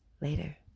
Later